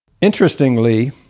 Interestingly